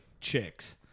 chicks